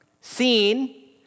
seen